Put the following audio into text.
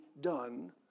done